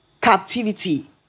captivity